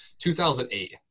2008